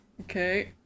Okay